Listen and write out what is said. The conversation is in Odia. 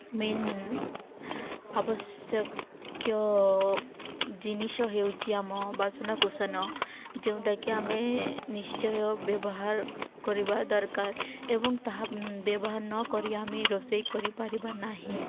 ମେନ୍ ଆବଶ୍ୟକୀୟ ଜିନିଷ ହେଉଛି ଆମ ବାସନକୁୁସନ ଯେଉଁଟାକି ଆମେ ନିଶ୍ଚୟ ବ୍ୟବହାର କରିବା ଦରକାର ଏବଂ ତାହା ବ୍ୟବହାର ନକରି ଆମେ ରୋଷେଇ କରିପାରିବା ନାହିଁ